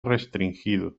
restringido